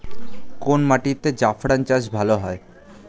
কোন মাটিতে জাফরান চাষ ভালো হয়?